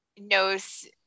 knows